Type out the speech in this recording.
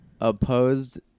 opposed